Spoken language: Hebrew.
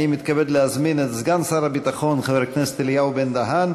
אני מתכבד להזמין את סגן שר הביטחון חבר הכנסת אליהו בן-דהן